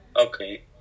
Okay